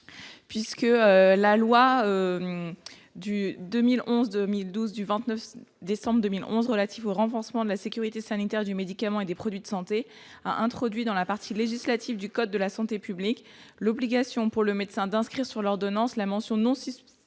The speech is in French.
publique. La loi n° 2011-2012 du 29 décembre 2011 relative au renforcement de la sécurité sanitaire du médicament et des produits de santé a introduit dans la partie législative du code de la santé publique l'obligation, pour le médecin, d'inscrire sur l'ordonnance la mention « non substituable